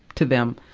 to them.